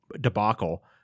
debacle